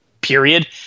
period